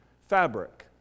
fabric